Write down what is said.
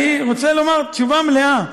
אני רוצה לומר תשובה מלאה.